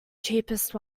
cheapest